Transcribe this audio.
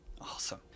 Awesome